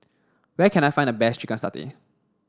where can I find the best chicken satay